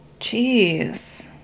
Jeez